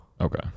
Okay